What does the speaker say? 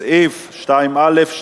5. סעיף 2(א)(2)